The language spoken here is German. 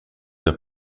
der